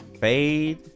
fade